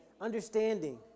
Understanding